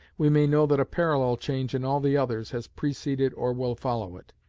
we may know that a parallel change in all the others has preceded or will follow it.